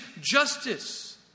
justice